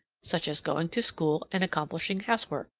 such as going to school and accomplishing housework.